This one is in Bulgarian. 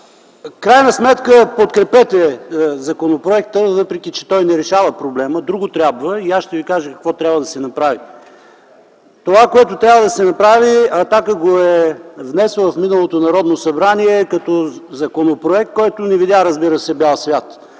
крайна сметка подкрепете законопроекта, въпреки че той не решава проблема. Друго трябва и аз ще ви кажа какво трябва да се направи. Това, което трябва да се направи, „Атака” го е направила и внесла в миналото Народно събрание като законопроект, който не видя бял свят,